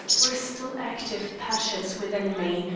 were still active passions within me,